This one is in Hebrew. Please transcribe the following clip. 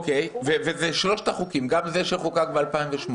ואלה שלושת החוקים, גם זה שחוקק ב-2008?